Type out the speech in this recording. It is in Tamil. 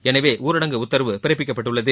எனவே ஊரடங்கு உத்தரவு பிறப்பிக்கப்பட்டுள்ளது